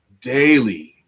daily